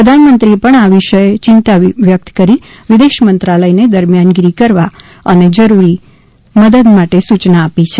પ્રધાન મંત્રી એ પણ આ વિષયે ચિંતા વ્યક્ત કરી વિદેશ મંત્રાલય ને દરમ્યાન થવા અને જરૂરી મદદ માટે સૂચના આપી છે